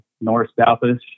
north-southish